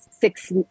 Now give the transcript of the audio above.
six